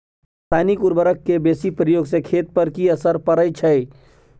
रसायनिक उर्वरक के बेसी प्रयोग से खेत पर की असर परै छै?